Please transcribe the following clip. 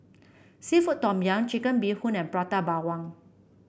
seafood Tom Yum Chicken Bee Hoon and Prata Bawang